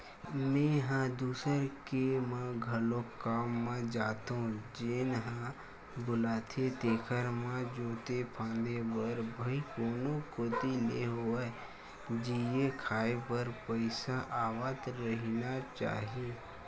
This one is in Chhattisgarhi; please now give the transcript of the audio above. मेंहा दूसर के म घलोक काम म जाथो जेन ह बुलाथे तेखर म जोते फांदे बर भई कोनो कोती ले होवय जीए खांए बर पइसा आवत रहिना चाही